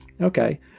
Okay